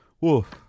Woof